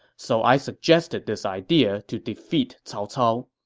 so i suggested this idea to defeat cao cao.